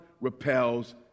repels